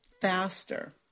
faster